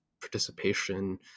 participation